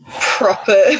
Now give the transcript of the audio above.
proper